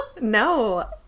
no